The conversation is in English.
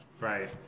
Right